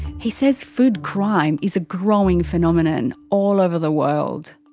he says food crime is a growing phenomenon all over the world.